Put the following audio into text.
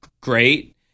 great